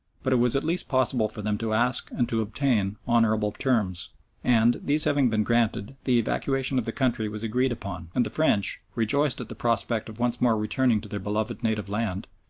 but it was at least possible for them to ask and to obtain honourable terms and these having been granted, the evacuation of the country was agreed upon, and the french, rejoiced at the prospect of once more returning to their beloved native land,